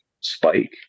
spike